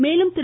மேலும் திரு